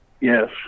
Yes